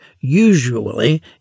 usually